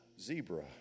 zebra